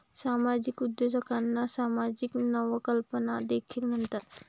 सामाजिक उद्योजकांना सामाजिक नवकल्पना देखील म्हणतात